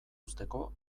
uzteko